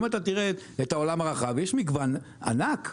אם אתה תראה את העולם הרחב, יש מגוון ענק.